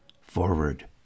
Forward